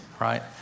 Right